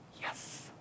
Yes